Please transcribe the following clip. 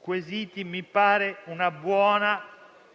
quesiti, mi pare una buona